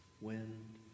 wind